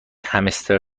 همستر